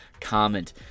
comment